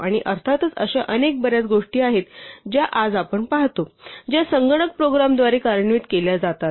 आणि अर्थातच अशा अनेक बर्याच गोष्टी आहेत ज्या आज आपण पाहतो ज्या संगणक प्रोग्रामद्वारे कार्यान्वित केल्या जातात